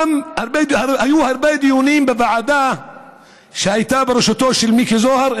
היו הרבה דיונים בוועדה שהייתה בראשותו של מיקי זוהר,